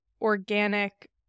organic